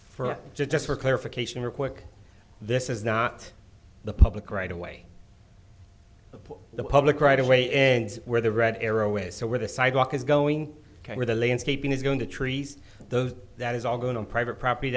for just for clarification or quick this is not the public right away from the public right away and where the red arrow is so where the sidewalk is going where the landscaping is going to trees those that is all going on private property